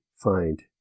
find